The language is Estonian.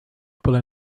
pole